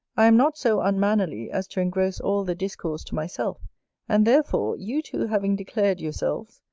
i am not so unmannerly as to engross all the discourse to myself and, therefore, you two having declared yourselves,